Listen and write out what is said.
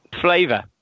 flavor